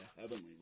heavenly